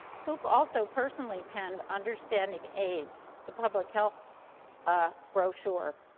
koop also personally penned understanding aids, the public health ah brochure.